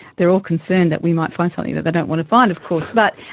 they're all concerned that we might find something that they don't want to find of course but,